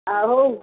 ଆ ହଉ